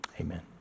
Amen